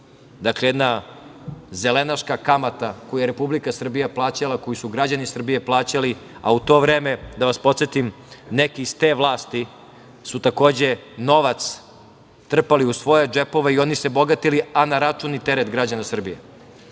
Jedna zelenaška kamata koju je Republika Srbija plaćala, koju su građani Srbije plaćali, a u to vreme, da vas podsetim neki iz te vlasti su takođe novac trpali u svoje džepove i oni se bogatili, a na račun i teret građana Srbije. Mi